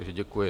Děkuji.